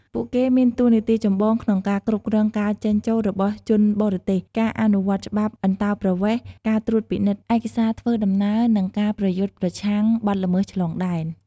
ពួកគេមានតួនាទីចម្បងក្នុងការ គ្រប់គ្រងការចេញចូលរបស់ជនបរទេស ការអនុវត្តច្បាប់អន្តោប្រវេសន៍ ការត្រួតពិនិត្យឯកសារធ្វើដំណើរ និងការប្រយុទ្ធប្រឆាំងបទល្មើសឆ្លងដែន។